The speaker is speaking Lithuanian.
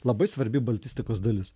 labai svarbi baltistikos dalis